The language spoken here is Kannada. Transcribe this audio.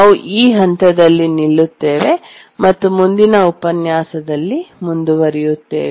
ನಾವು ಈ ಹಂತದಲ್ಲಿ ನಿಲ್ಲುತ್ತೇವೆ ಮತ್ತು ಮುಂದಿನ ಉಪನ್ಯಾಸದಲ್ಲಿ ಮುಂದುವರಿಯುತ್ತೇವೆ